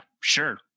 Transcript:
sure